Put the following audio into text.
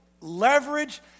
leverage